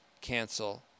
cancel